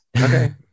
Okay